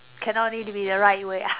cannot need to be the right way ah